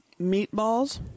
Meatballs